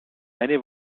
eine